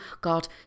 God